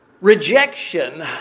rejection